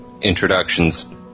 introductions